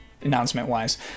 announcement-wise